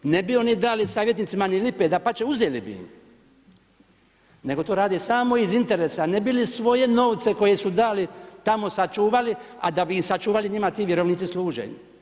Ne bi oni dali savjetnicima ni lipe, dapače uzeli bi im, nego to rade samo iz interesa ne bi li svoje novce koje su dali tamo sačuvali, a da bi ih sačuvali njima ti vjerovnici služe.